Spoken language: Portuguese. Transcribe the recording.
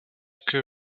que